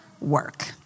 work